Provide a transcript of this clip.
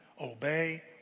Obey